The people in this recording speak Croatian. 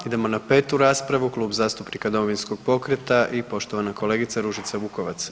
Idemo na 5. raspravu, Kluba zastupnika Domovinskog pokreta i poštovana kolegica Ružica Vukovac.